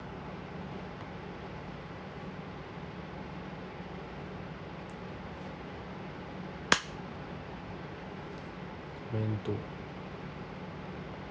domain two